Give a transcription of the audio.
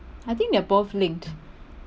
I think they're both linked